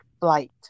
flight